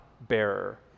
bearer